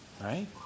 right